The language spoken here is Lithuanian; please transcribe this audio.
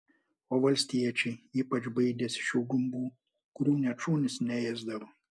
o valstiečiai ypač baidėsi šių gumbų kurių net šunys neėsdavo